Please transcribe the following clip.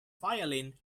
violin